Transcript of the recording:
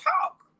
talk